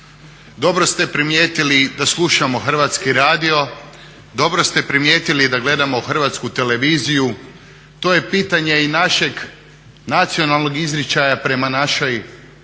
Dobro ste primijetili da slušamo Hrvatski radio, dobro ste primijetili i da gledamo Hrvatsku televiziju. To je pitanje i našeg nacionalnog izričaja prema našoj i